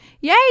Yay